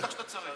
בטח שאתה צריך.